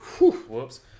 Whoops